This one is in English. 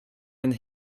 and